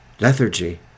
lethargy